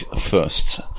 first